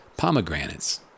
pomegranates